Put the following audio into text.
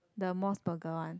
the Mos Burger one